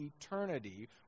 eternity